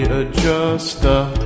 adjuster